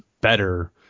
better